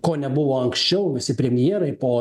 ko nebuvo anksčiau visi premjerai po